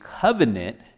covenant